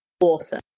awesome